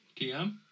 TM